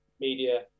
media